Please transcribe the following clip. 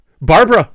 Barbara